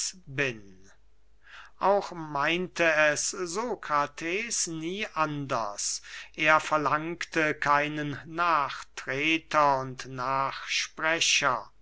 bin auch meinte es sokrates nie anders er verlangte keinen nachtreter und